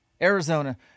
Arizona